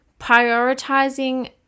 prioritizing